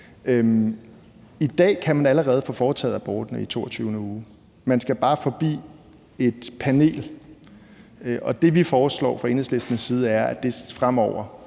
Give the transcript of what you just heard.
I dag kan man allerede få foretaget aborten i 22. uge. Man skal bare forbi et panel. Og det, vi foreslår fra Enhedslistens side, er sådan set